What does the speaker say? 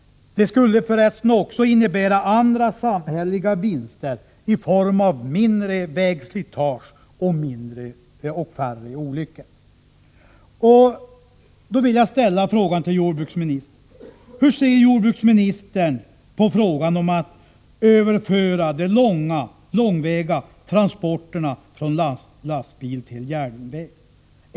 Det skulle för resten också innebära andra samhälleliga vinster i form av mindre vägslitage och färre olyckor. Hur ser jordbruksministern på frågan om att överföra de långväga transporterna från lastbil till järnväg?